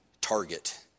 target